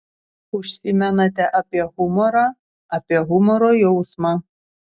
užsimenate apie humorą apie humoro jausmą